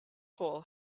hole